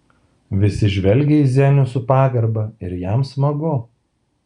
visi žvelgia į zenių su pagarba ir jam smagu